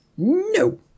No